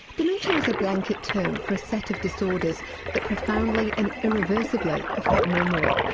dementia is a blanket term for a set of disorders that profoundly and irreversibly affect memory.